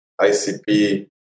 ICP